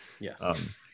Yes